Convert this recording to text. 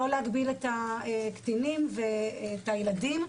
לא להגביל את הקטינים ואת הילדים,